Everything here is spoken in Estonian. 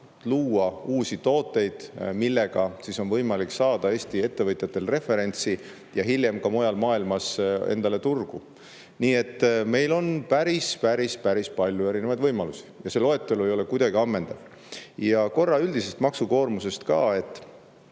luua uusi tooteid, millega on võimalik saada Eesti ettevõtjatel referentsi ja hiljem ka mujal maailmas endale turgu tekitada. Nii et meil on päris-päris-päris palju erinevaid võimalusi ja see loetelu ei ole kuidagi ammendav. Korra üldisest maksukoormusest ka.